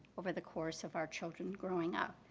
over the course of our children growing up.